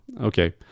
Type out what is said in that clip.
okay